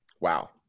Wow